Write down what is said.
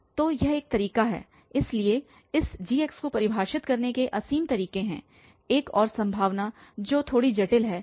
तो यह एक तरीका है इसलिए इस gको परिभाषित करने के असीमित तरीके हैं एक और संभावना जो थोड़ी जटिल है